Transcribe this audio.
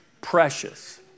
precious